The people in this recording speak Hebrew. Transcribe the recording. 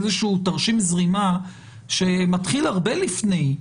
איזה שהוא תרשים זרימה שמתחיל הרבה לפני.